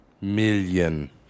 million